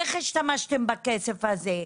איך השתמשתם בכסף הזה.